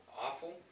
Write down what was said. Awful